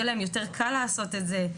יהיה להם יותר קל לעשות את זה,